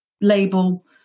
label